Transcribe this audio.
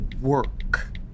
work